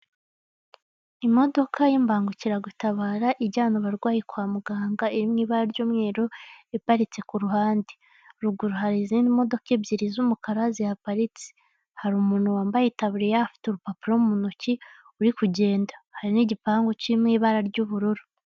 Imodoka y'imbangukiragutabara ijyanye abarwayi kwa muganga, irimo ibara ry'umweru iparitse ku ruhande ruguru hari izindi modoka ebyiri z'umukara zihaparitse hari umuntu wambaye taburiya afite urupapuro mu ntoki uri kugenda hari n'igipangu kirimo ibara ry'ubururu.